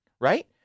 right